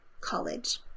college